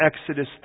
Exodus